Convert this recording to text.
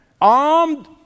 Armed